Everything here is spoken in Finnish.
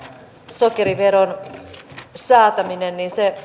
sokeriveron säätäminen